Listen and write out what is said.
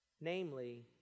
namely